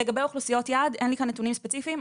לגבי אוכלוסיות יעד: אין לי כאן נתונים ספציפיים.